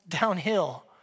downhill